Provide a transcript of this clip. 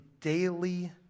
daily